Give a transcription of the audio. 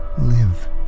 live